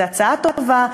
זו הצעה טובה,